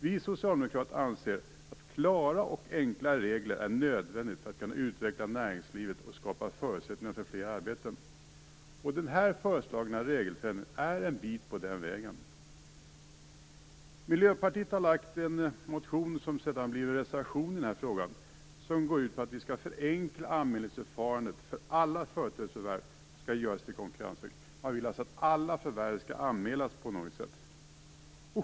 Vi socialdemokrater anser att klara och enkla regler är nödvändiga för att kunna utveckla näringslivet och skapa förutsättningar för flera arbeten. Den här föreslagna regelförändringen är en bit på den vägen. Miljöpartiet har väckt en motion som sedan blivit en reservation i frågan och som går ut på att en förenklad anmälan för alla företagsförvärv skall göras till Konkurrensverket. Man vill att alla förvärv skall anmälas på något sätt.